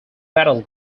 battle